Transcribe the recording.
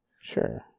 Sure